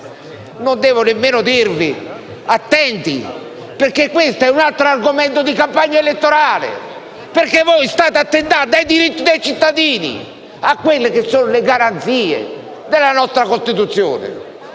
Non devo nemmeno dirvi di stare attenti, perché questo è un altro argomento di campagna elettorale e perché voi state attentando ai diritti dei cittadini e alle garanzie previste dalla nostra Costituzione.